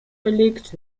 belegt